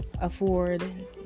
afford